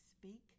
speak